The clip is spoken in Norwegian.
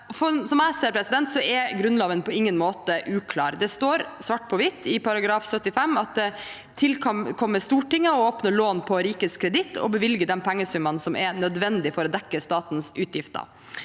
Sånn jeg ser det, er Grunnloven på ingen måte uklar. Det står svart på hvitt i § 75 at «[d]et tilkommer Stortinget (…) å åpne lån på rikets kreditt» og «å bevilge de pengesummer som er nødvendige for å dekke statens utgifter».